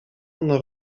ono